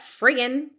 friggin